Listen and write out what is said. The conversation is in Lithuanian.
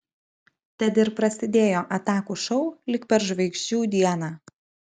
tad ir prasidėjo atakų šou lyg per žvaigždžių dieną